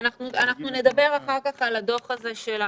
אחר כך נדבר על הדוח הזה.